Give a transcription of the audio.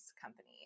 company